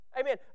Amen